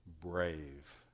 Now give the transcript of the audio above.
brave